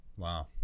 Wow